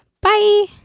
Bye